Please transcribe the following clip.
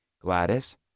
Gladys